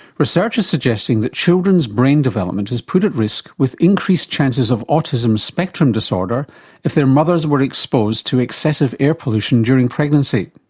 research is suggesting that children's brain development is put at risk with increased chances of autism spectrum disorder if their mothers were exposed to excessive air pollution during pregnancy.